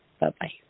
Bye-bye